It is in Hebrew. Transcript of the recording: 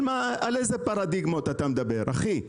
על איזה פרדיגמות אתה מדבר, אחי?